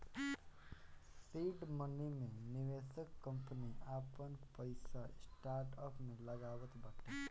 seed money मे निवेशक company आपन पईसा स्टार्टअप में लगावत बाटे